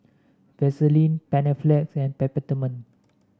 Vaselin Panaflex and Peptamen